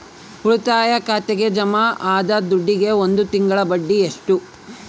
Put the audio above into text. ಉಳಿತಾಯ ಖಾತೆಗೆ ಜಮಾ ಆದ ದುಡ್ಡಿಗೆ ಒಂದು ತಿಂಗಳ ಬಡ್ಡಿ ಎಷ್ಟು?